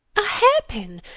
a hairpin!